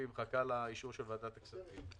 והיא מחכה לאישור של ועדת הכספים.